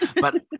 But-